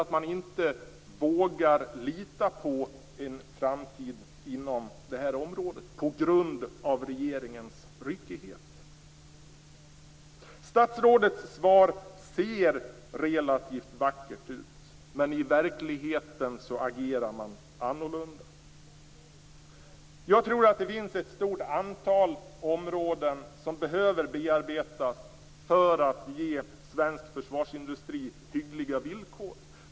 De vågar inte lita på en framtid inom detta område på grund av regeringens ryckighet. Statsrådets svar ser relativt vackert ut, men i verkligheten är agerandet annorlunda. Jag tror att det finns ett stort antal områden som behöver bearbetas för att ge svensk försvarsindustri hyggliga villkor.